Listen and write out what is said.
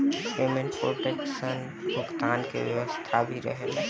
payment protection insurance के तहत credit card सब के भुगतान के व्यवस्था भी रहेला